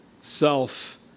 self